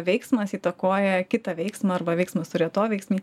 veiksmas įtakoja kitą veiksmą arba veiksmas turi atoveiksmį